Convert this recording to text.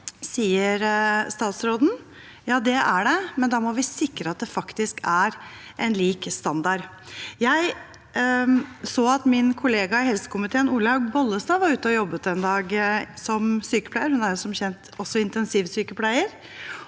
statsråden. Ja, det er det, men da må vi sikre at det faktisk er en lik standard. Jeg så at min kollega i helsekomiteen, Olaug Bollestad, var ute og jobbet en dag som sykepleier. Hun er som kjent også intensivsykepleier.